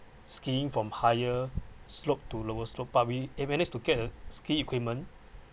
skiing from higher slope to lower slope but we managed to get a skiing equipment